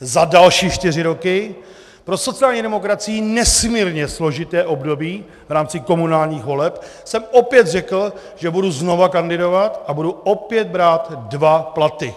Za další čtyři roky, pro sociální demokracii nesmírně složité období v rámci komunálních voleb, jsem opět řekl, že budu znovu kandidovat a budu opět brát dva platy.